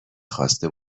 خواسته